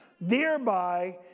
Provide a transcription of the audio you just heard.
thereby